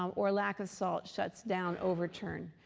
um or lack of salt, shuts down overturn.